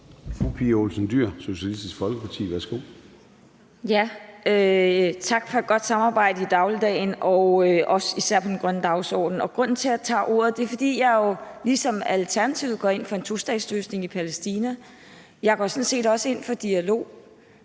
Tak for et godt samarbejde i dagligdagen og især i forhold til den grønne dagsorden. Grunden til, at jeg tager ordet, er, at jeg jo ligesom Alternativet går ind for en tostatsløsning i Palæstina, og jeg går sådan set også ind for dialog.